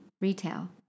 Retail